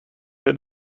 end